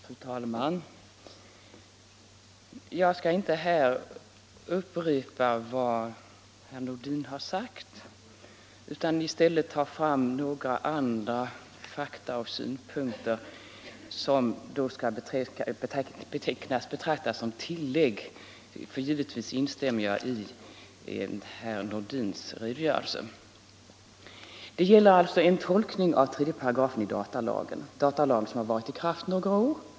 Fru talman! Jag skall inte upprepa vad herr Nordin har sagt utan i stället ta fram några andra fakta och synpunkter, som då skall betraktas som tillägg, för givetvis instämmer jag i herr Nordins redogörelse. Det gäller alltså en tolkning av 3 § datalagen — en lag som varit i kraft några år.